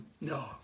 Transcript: No